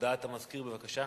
הודעת המזכיר, בבקשה.